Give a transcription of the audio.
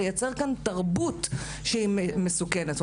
לייצר כאן תרבות שהיא מסוכנת.